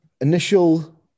Initial